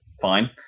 fine